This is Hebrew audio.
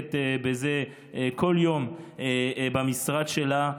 שעוסקת בזה כל יום במשרד שלה,